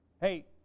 Hey